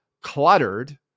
cluttered